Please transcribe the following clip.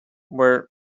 were